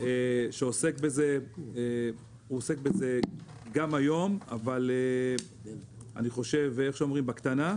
הוא עוסק בזה גם היום, אבל אני חושב, בקטנה.